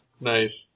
Nice